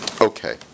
Okay